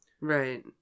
Right